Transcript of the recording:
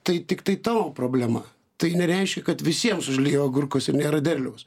tai tiktai tavo problema tai nereiškia kad visiems užliejo agurkus ir nėra derliaus